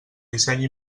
disseny